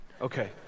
Okay